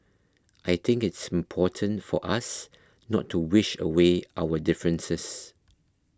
I think it's important for us not to wish away our differences